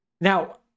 Now